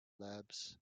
labs